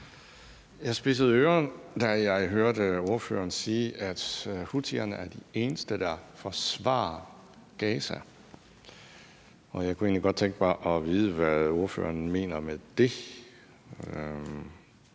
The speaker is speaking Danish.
Jeg spidsede ører, da jeg hørte ordføreren sige, at houthierne er de eneste, der forsvarer Gaza, og jeg kunne egentlig godt tænke mig at vide, hvad ordføreren mener med det.